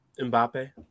Mbappe